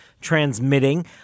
transmitting